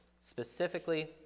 Specifically